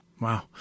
Wow